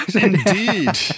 Indeed